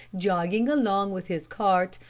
jogging along with his cart,